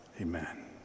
Amen